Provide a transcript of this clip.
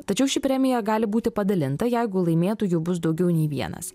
tačiau ši premija gali būti padalinta jeigu laimėtojų bus daugiau nei vienas